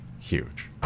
huge